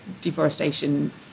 deforestation